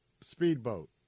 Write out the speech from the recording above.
speedboat